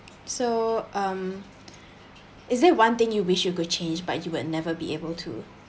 so um is there one thing you wish you could change but you would never be able to